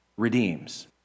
redeems